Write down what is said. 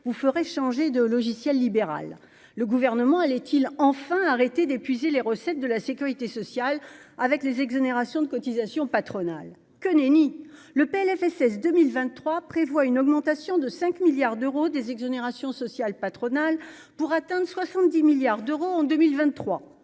vous ferait changer de logiciel libéral, le gouvernement les-t-il enfin arrêter d'épuiser les recettes de la Sécurité sociale avec les exonérations de cotisations patronales, que nenni le PLFSS 2023 prévoit une augmentation de 5 milliards d'euros des exonérations sociales patronales pour atteindre 70 milliards d'euros en 2023